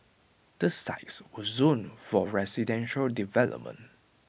the sites were zoned for residential development